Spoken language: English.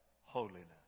holiness